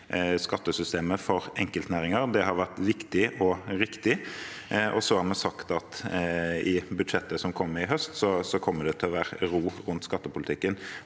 skattesystemet for enkeltnæringer. Det har vært viktig og riktig. Vi har sagt at i budsjettet som kommer i høst, kommer det til å være ro rundt skattepolitikken.